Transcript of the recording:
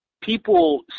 people